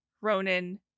Ronan